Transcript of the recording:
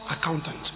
accountant